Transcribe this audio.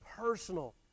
personal